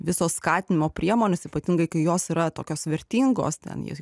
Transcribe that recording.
visos skatinimo priemonės ypatingai kai jos yra tokios vertingos ten jas